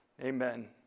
amen